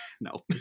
No